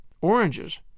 oranges